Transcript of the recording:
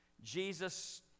Jesus